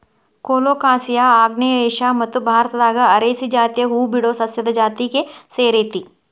colocasia ಆಗ್ನೇಯ Asia ಮತ್ತು ಭಾರತದಾಗ ಅರೇಸಿ ಜಾತಿಯ ಹೂಬಿಡೊ ಸಸ್ಯದ ಜಾತಿಗೆ ಸೇರೇತಿ